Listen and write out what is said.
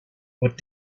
what